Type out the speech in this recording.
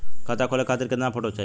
खाता खोले खातिर केतना फोटो चाहीं?